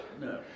No